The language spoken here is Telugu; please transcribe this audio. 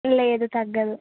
లేదు తగ్గదు